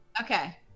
Okay